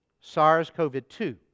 SARS-CoV-2